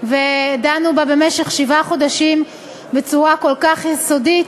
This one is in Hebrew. ודנו בה במשך שבעה חודשים בצורה כל כך יסודית,